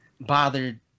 bothered